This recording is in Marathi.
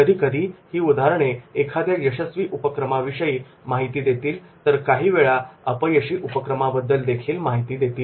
कधीकधी ही उदाहरणे एखाद्या यशस्वी उपक्रमाविषयी माहिती देतील तर काही वेळा अपयशी उपक्रमाबद्दल देखील माहिती देतील